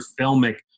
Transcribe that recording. filmic